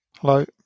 Hello